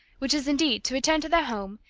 which is indeed to return to their home,